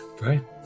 Right